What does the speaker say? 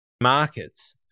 markets